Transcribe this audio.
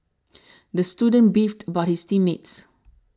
the student beefed about his team mates